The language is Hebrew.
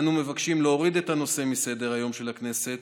אנו מבקשים להוריד את הנושא מסדר-היום של הכנסת